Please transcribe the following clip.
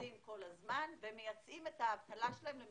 זו